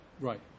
right